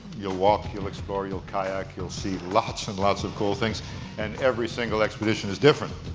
you'll walk, you'll explore, you'll kayak, you'll see lots and lots of cool things and every single expedition is different.